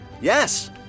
Yes